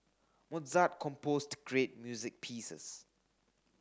Mozart composed great music pieces